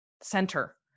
center